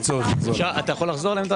אתה יכול לחזור על עמדתו?